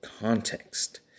context